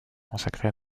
consacrée